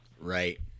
Right